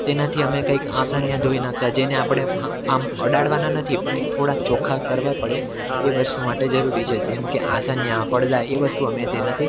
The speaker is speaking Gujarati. તેનાથી અમે કાંઈક આસનિયા ધોઈ નાખતા જેને આપણે આમ અડાડવાના નથી પણ એ થોડાક ચોખ્ખા કરવા જ પડે એ વસ્તુ માટે જરૂરી છે તે મકે આસનિયા પડદા એ વસ્તુ અમે તેનાથી